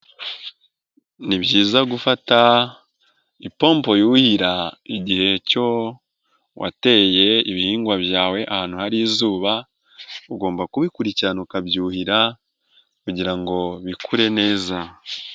Ni byiza gufata ipompo yuhira igihe cyo wateye ibihingwa byawe ahantu hari izuba ugomba kubikurikirana ukabyuhira kugira ngo bikure neza.